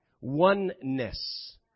Oneness